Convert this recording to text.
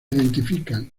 identifican